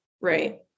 Right